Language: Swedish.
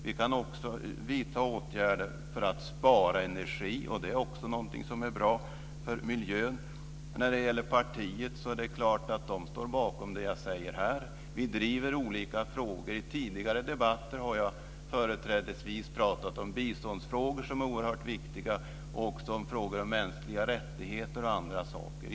Vi kan också vidta åtgärder för att spara energi, och det är också någonting som är bra för miljön. När det gäller partiet är det klart att det står bakom det jag säger här. Vi driver olika frågor. I tidigare debatter har jag företrädesvis pratat om biståndsfrågor som är oerhört viktiga och om frågor om mänskliga rättigheter, t.ex.